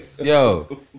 Yo